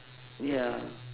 ya